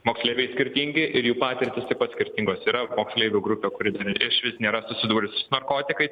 moksleiviai skirtingi ir jų patirtys taip pat skirtingos tai yra moksleivių grupė kuri dar išvis nėra susidūrusi su narkotikais